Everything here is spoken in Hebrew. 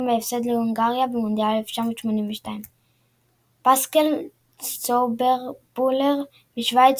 בהפסד להונגריה במונדיאל 1982. פסקל צוברבולר משווייץ